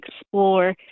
explore